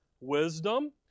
wisdom